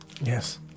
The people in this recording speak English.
Yes